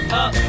up